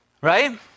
right